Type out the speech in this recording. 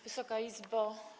Wysoka Izbo!